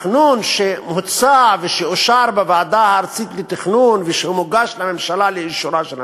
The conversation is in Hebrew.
התכנון שהוצע ואושר בוועדה הארצית לתכנון ומוגש לאישורה של הממשלה,